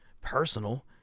personal